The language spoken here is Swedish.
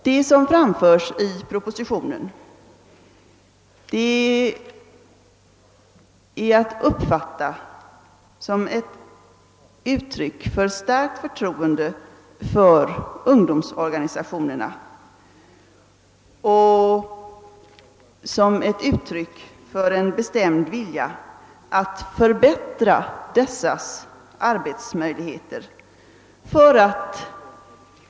Vad som framförs i propositionen är att uppfatta som ett uttryck för ett starkt förtroende för ungdomsorganisationerna och som ett uttryck för en bestämd vilja att förbättra deras arbetsmöjligheter.